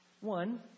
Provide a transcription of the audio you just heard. One